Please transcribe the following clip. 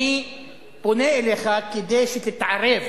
אני פונה אליך כדי שתתערב